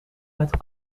met